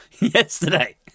yesterday